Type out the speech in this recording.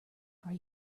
are